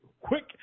quick